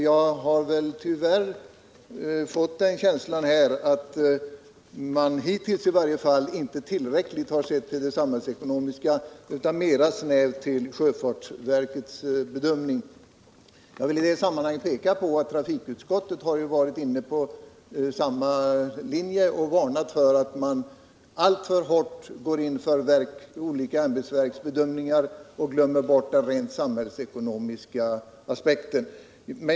Jag har tyvärr fått Nr 145 en känsla av att man i varje fall hittills inte tillräckligt har sett till de samhällsekonomiska aspekterna utan mera snävt till sjöfartsverkets bedömningar. Jag vill i det sammanhanget peka på att trafikutskottet varit inne på samma linje som jag och varnat för att alltför hårt gå in för olika ämbetsverks bedömningar varvid man glömmer bort rent samhällsekonomiska aspekter.